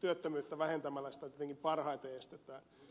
työttömyyttä vähentämällä sitä tietenkin parhaiten estetään